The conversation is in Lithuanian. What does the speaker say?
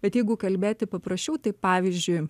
bet jeigu kalbėti paprasčiau tai pavyzdžiui